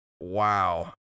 Wow